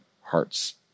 hearts